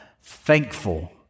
thankful